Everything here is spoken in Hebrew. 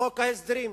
מחוק ההסדרים.